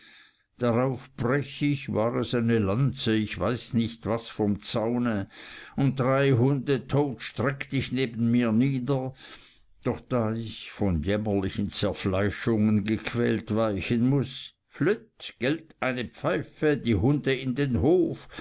brech ich war es eine latte ich weiß nicht was vom zaune und drei hunde tot streck ich neben mir nieder doch da ich von jämmerlichen zerfleischungen gequält weichen muß flüt gellt eine pfeife die hunde in den hof